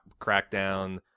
crackdown